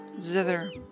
zither